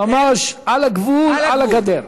ממש על הגבול, על הגדר.